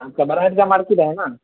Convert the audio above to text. آپ کا بڑا عید گاہ مارکیٹ ہے نا